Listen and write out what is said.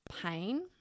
pain